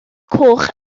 coch